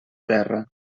terra